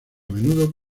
menudo